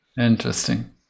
interesting